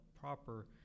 proper